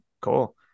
Cool